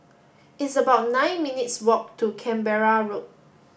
it's about nine minutes' walk to Canberra Road